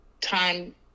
time